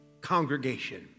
congregation